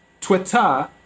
twitter